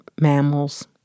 mammals